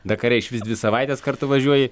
dakare išvis dvi savaites kartu važiuoji